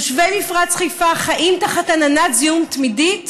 תושבי מפרץ חיפה חיים תחת עננת זיהום תמידית